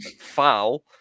foul